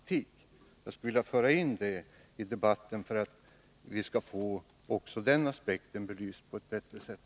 Jag skulle vilja föra in detta i debatten för att vi skall få också den aspekten belyst på ett bättre sätt.